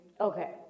Okay